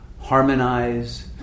harmonize